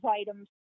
items